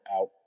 out